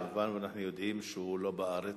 ואנחנו כמובן יודעים שהוא לא בארץ.